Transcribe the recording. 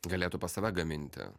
galėtų pas save gaminti